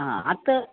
आ आतां